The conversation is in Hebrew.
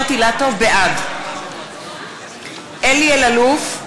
בעד אלי אלאלוף,